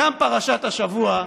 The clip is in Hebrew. גם פרשת השבוע,